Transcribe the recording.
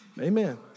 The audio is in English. Amen